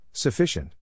Sufficient